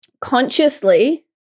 consciously